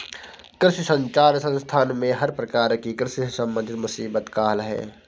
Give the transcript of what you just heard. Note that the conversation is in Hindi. कृषि संचार संस्थान में हर प्रकार की कृषि से संबंधित मुसीबत का हल है